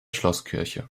schlosskirche